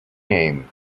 name